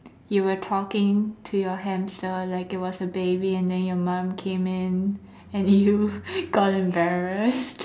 you were talking to your hamster like it was a baby and then your mom came in and you got embarrassed